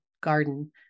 garden